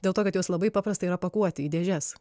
dėl to kad jos labai paprastai yra pakuoti į dėžes